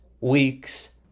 week's